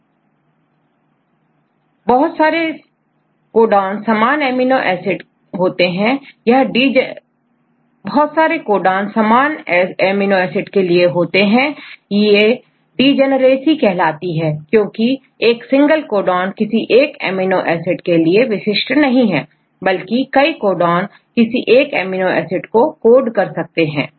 इस तरह बहुत सारे कोडॉन है बहुत सारे कोडान समान अमीनो एसिड के लिए होते हैं यह डिजनरेसी कहलाती है कोई एक सिंगल कोडॉन किसी एक अमीनो एसिड के लिए विशिष्ट नहीं है बल्कि कई कोडॉन किसी एक एमिनो एसिड को कोड कर सकते हैं